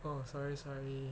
oh sorry sorry